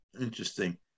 interesting